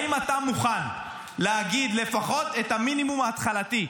האם אתה מוכן להגיד לפחות את המינימום ההתחלתי: